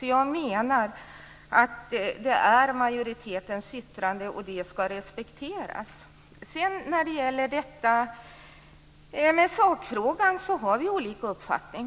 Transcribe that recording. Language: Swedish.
Jag menar att det är majoritetens yttrande, och det ska respekteras. När det gäller sakfrågan har vi olika uppfattningar.